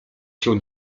się